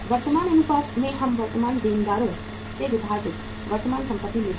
वर्तमान अनुपात में हम वर्तमान देनदारियों से विभाजित वर्तमान संपत्ति लेते हैं